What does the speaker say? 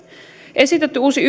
esitetty uusi